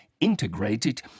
integrated